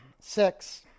six